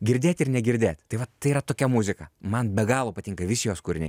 girdėt ir negirdėt tai vat tai yra tokia muzika man be galo patinka visi jos kūriniai